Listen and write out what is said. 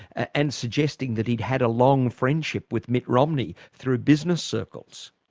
and suggesting that he'd had a long friendship with mitt romney through business circles.